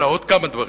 אלא עוד כמה דברים,